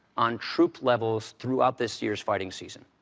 on troop levels throughout this year's fighting season.